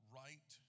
right